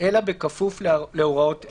אלא בכפוף להוראות אלה: